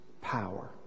power